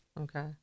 Okay